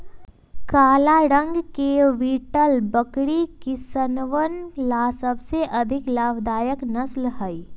काला रंग के बीटल बकरी किसनवन ला सबसे अधिक लाभदायक नस्ल हई